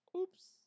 Oops